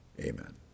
amen